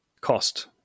cost